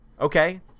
Okay